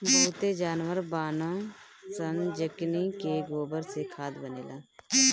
बहुते जानवर बानअ सअ जेकनी के गोबर से खाद बनेला